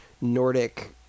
nordic